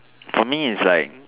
for me is like